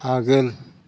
आगोल